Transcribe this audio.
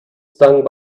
stung